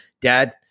dad